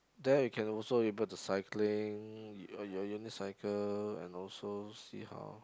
there we can also able to cycling your unicycle and also see how